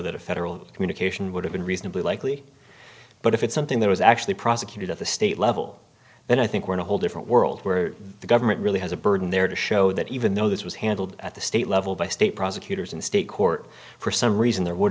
that a federal communication would have been reasonably likely but if it's something that was actually prosecuted at the state level then i think we're in a whole different world where the government really has a burden there to show that even though this was handled at the state level by state prosecutors and state court for some reason there would